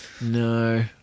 No